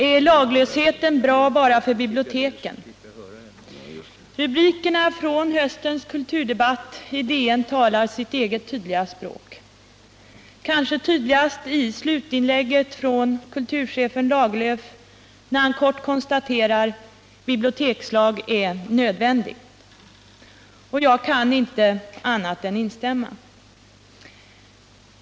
”Är laglösheten bra bara för biblioteken?” Rubrikerna från höstens kulturdebatt i Dagens Nyheter talar sitt eget tydliga språk, kanske tydligast i slutinlägget från kulturredaktören Lagerlöf, när han kort konstaterar: ”Bibliotekslag är nödvändig!” Jag kan inte annat än instämma.